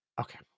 Okay